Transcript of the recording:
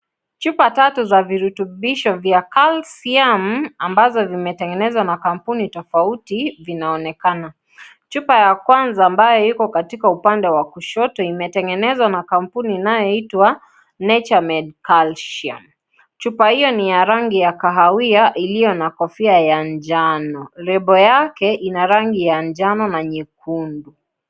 Chupa tatu za virutubishi vya calcium ambazo zimetengenezwa na kampuni tofauti zinaonekana. Chupa ya Kwanza ambayo iko katika upande wa kushoto imetengenezwa na kampuni inayoitwa Nature Made Calcium. Chupa hiyo ni ya rangi ya kahawia iliyo na kofia ya njano. Lebo yake ina rangi ya njano na nyekundu.